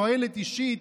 תועלת אישית,